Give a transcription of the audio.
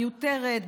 מיותרת,